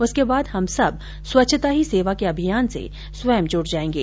उसके बाद हम सब स्वच्छता ही सेवा के अभियान में स्वयं जुड़ जाएंगे